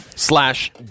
Slash